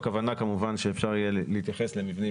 הכוונה כמובן שאפשר יהיה להתייחס למבנים